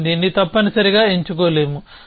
మనం దీన్ని తప్పనిసరిగా ఎంచుకోలేము